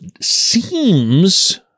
seems